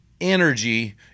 energy